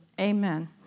Amen